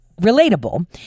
relatable